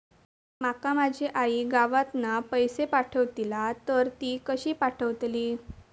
माका माझी आई गावातना पैसे पाठवतीला तर ती कशी पाठवतली?